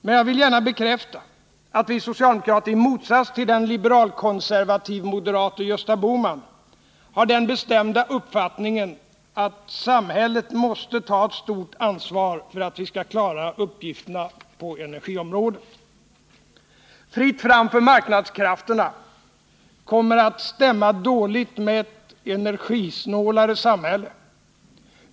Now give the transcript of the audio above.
Men jag vill gärna bekräfta att vi socialdemokrater i motsats till den liberal-konservativ-moderate Gösta Bohman har den bestämda uppfattningen att samhället måste ta ett stort ansvar för att vi skall klara uppgifterna på energiområdet. Fritt fram för marknadskrafterna kommer att stämma dåligt med ett energisnålare samhälle.